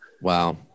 wow